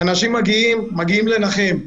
אנשים מגיעים לנחם.